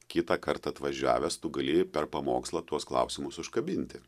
kitą kartą atvažiavęs tu gali per pamokslą tuos klausimus užkabinti